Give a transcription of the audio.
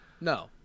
no